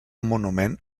monument